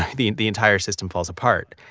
ah the the entire system falls apart.